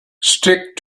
stick